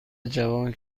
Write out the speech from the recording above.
جوان